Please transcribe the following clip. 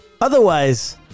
Otherwise